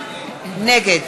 נגד